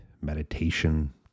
meditation